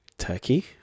turkey